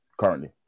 currently